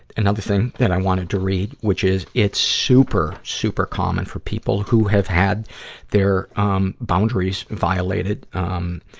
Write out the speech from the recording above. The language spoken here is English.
another thing that i wanted to read, which is it's super, super common for people who have had their, um, boundaries violated, um,